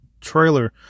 trailer